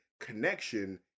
connection